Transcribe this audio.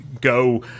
go